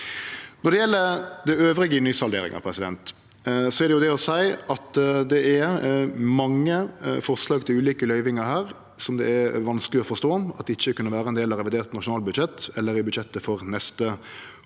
Når det gjeld resten i nysalderinga, er det det å seie at det er mange forslag til ulike løyvingar her som det er vanskeleg å forstå ikkje kunne vere ein del av revidert nasjonalbudsjett eller budsjettet for neste år.